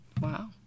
wow